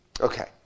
Okay